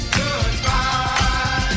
goodbye